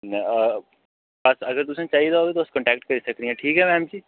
अगर तुसें चाहिदा होग तुस कंटैक्ट करी सकने ओ ठीक ऐ मैम जी